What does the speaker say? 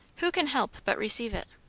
who can help but receive it?